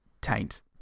taint